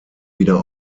wieder